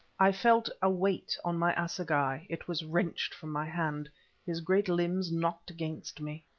i felt a weight on my assegai it was wrenched from my hand his great limbs knocked against me.